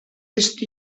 est